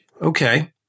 okay